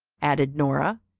added nora,